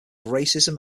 racism